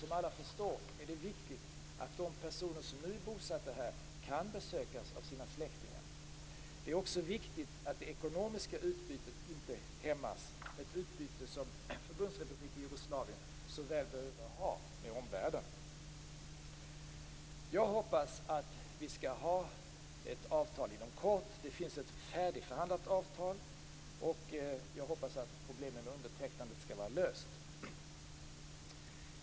Som alla förstår är det viktigt att de personer som nu är bosatta här kan besökas av sina släktingar. Det är också viktigt att det ekonomiska utbytet inte hämmas, ett utbyte som Förbundsrepubliken Jugoslavien så väl behöver ha med omvärlden. Jag hoppas att vi skall ha ett avtal inom kort. Det finns ett färdigförhandlat avtal, och jag hoppas att problemet med undertecknandet skall vara löst.